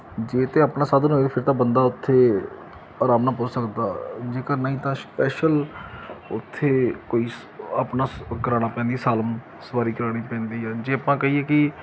ਜੇ ਤਾਂ ਆਪਣਾ ਸਾਧਨ ਹੋਏ ਫਿਰ ਤਾਂ ਬੰਦਾ ਉੱਥੇ ਆਰਾਮ ਨਾਲ ਪੁੱਛ ਸਕਦਾ ਜੇਕਰ ਨਹੀਂ ਤਾਂ ਸਪੈਸ਼ਲ ਉੱਥੇ ਕੋਈ ਸ ਆਪਣਾ ਸ ਕਰਾਉਣਾ ਪੈਂਦੀ ਸਾਲਮ ਸਵਾਰੀ ਕਰਾਉਣੀ ਪੈਂਦੀ ਆ ਜੇ ਆਪਾਂ ਕਹੀਏ ਕਿ